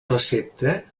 recepta